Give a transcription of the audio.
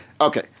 okay